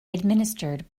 administered